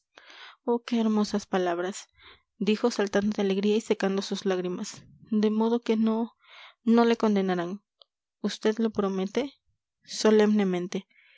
oh qué hermosas palabras dijo saltando de alegría y secando sus lágrimas de modo que no no le condenarán vd lo promete solemnemente